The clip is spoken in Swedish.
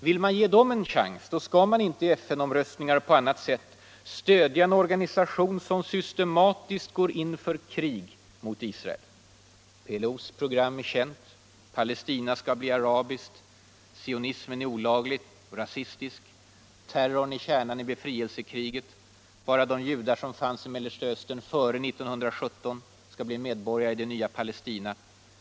Vill man ge dem en chans skall man inte i FN-omröstningar och på annat sätt stödja en organisation som systematiskt går in för krig mot Israel. PLO:s program är känt. Palestina skall bli arabiskt. Sionismen är olaglig och rasistisk. Terrorn är kärnan i befrielsekriget. Bara de judar som fanns i Mellersta Östern före 1917 skall få bli medborgare i det nya Palestina.